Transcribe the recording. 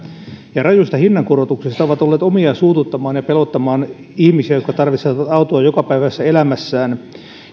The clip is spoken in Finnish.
ja rajuista hinnankorotuksista ovat olleet omiaan suututtamaan ja pelottamaan ihmisiä jotka tarvitsevat autoa jokapäiväisessä elämässään